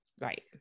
Right